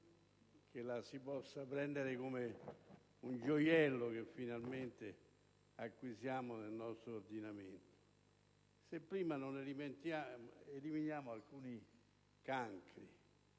che la si possa considerare come un gioiello che finalmente acquisiamo nel nostro ordinamento, se prima non eliminiamo alcuni cancri